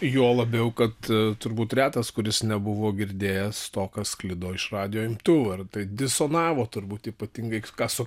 juo labiau kad turbūt retas kuris nebuvo girdėjęs to kas sklido iš radijo imtuvo ar tai disonavo turbūt ypatingai ką su